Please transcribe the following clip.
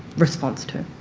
response to.